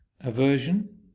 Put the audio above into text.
aversion